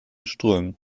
strömen